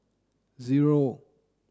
zero